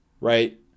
Right